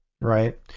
right